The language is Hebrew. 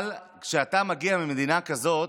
אבל כשאתה מגיע ממדינה כזאת,